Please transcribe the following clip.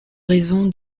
raison